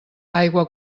aigua